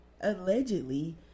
allegedly